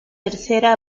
tercera